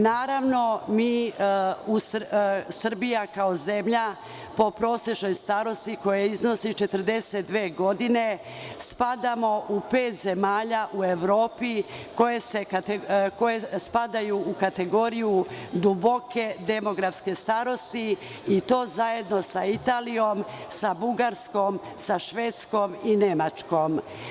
Naravno, Srbija kao zemlja po prosečnoj starosti koja iznosi 42 godine, spadamo u pet zemalja u Evropi koje spadaju u kategoriju duboke demografske starosti i to zajedno sa Italijom, sa Bugarskom, sa Švedskom i Nemačkom.